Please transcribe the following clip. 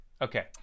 okay